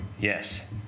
Yes